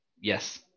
Yes